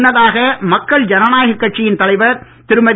முன்னதாக மக்கள் ஜனநாயகக் கட்சியின் தலைவர் திருமதி